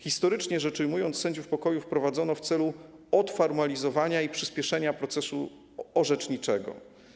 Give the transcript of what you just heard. Historycznie rzecz ujmując: sędziów pokoju wprowadzono w celu odformalizowania i przyspieszenia procesu orzeczniczego.